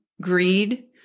greed